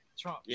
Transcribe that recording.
Trump